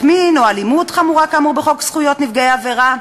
מין או אלימות חמורה כאמור בחוק זכויות נפגעי עבירה".